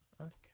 Okay